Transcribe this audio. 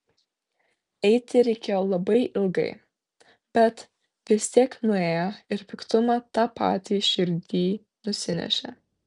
eiti reikėjo labai ilgai bet vis tiek nuėjo ir piktumą tą patį širdyj nusinešė